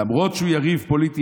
למרות שהוא יריב פוליטי,